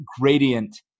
gradient